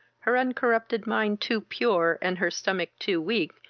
her uncorrupted mind too pure, and her stomach too weak,